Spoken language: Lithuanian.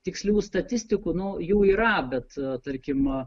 tikslių statistikų nu jų yra bet tarkim